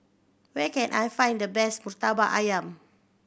where can I find the best Murtabak Ayam